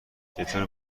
چطور